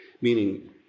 meaning